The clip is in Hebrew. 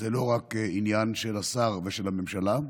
זה לא רק עניין של השר ושל הממשלה.